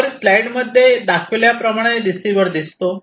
वर स्लाईड मध्ये दाखविल्याप्रमाणे रिसिवर दिसतो